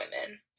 women